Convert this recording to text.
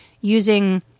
using